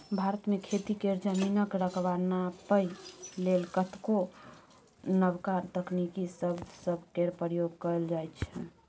भारत मे खेती केर जमीनक रकबा नापइ लेल कतेको नबका तकनीकी शब्द सब केर प्रयोग कएल जाइ छै